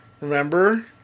Remember